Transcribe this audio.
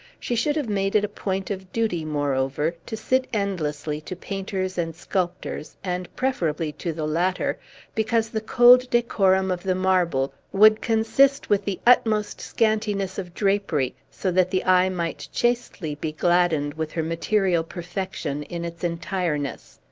she should have made it a point of duty, moreover, to sit endlessly to painters and sculptors, and preferably to the latter because the cold decorum of the marble would consist with the utmost scantiness of drapery, so that the eye might chastely be gladdened with her material perfection in its entireness.